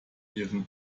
ihren